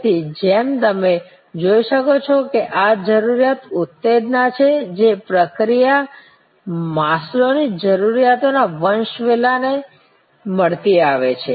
તેથી જેમ તમે જોઈ શકો છો કે આ જરૂરિયાત ઉત્તેજના છે જે પ્રક્રિયા માસ્લોની જરૂરિયાતોના વંશવેલાસાથે મળતી આવે છે